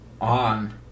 on